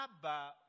Abba